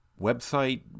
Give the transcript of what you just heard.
website